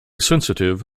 sensitive